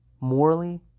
morally